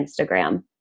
Instagram